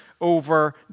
over